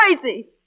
crazy